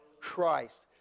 Christ